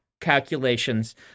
calculations